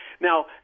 now